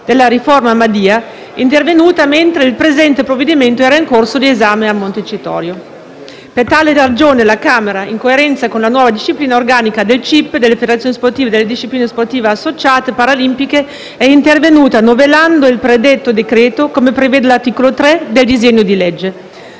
della riforma Madia, intervenuta mentre il presente provvedimento era in corso di esame a Montecitorio. Per tale ragione la Camera, in coerenza con la nuova disciplina organica del Cip, delle federazioni sportive e delle discipline associate paralimpiche, è intervenuta novellando il predetto decreto, come prevede l'articolo 3 del disegno di legge.